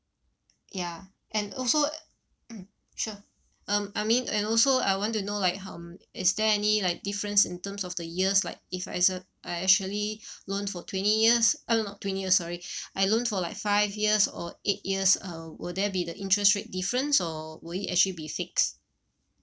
ya and also mm sure um I mean and also I want to know like um is there any like difference in terms of the years like if I se~ I actually loan for twenty years ah not twenty years sorry I loan for like five years or eight years uh will there be the interest rate difference or will it actually be fixed